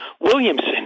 Williamson